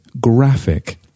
graphic